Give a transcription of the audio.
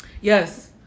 Yes